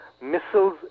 Missiles